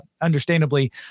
Understandably